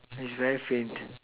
is very faint